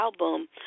album